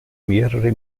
mehrere